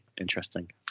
interesting